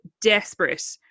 desperate